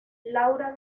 laura